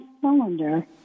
cylinder